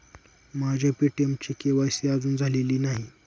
माझ्या पे.टी.एमचे के.वाय.सी अजून झालेले नाही